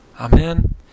Amen